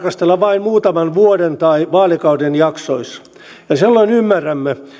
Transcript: voi tarkastella vain muutaman vuoden tai vaalikauden jaksoissa silloin ymmärrämme